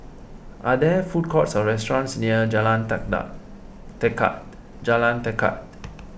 are there food courts or restaurants near Jalan Tekad Jalan Tekad